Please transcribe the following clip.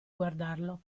guardarlo